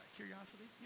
curiosity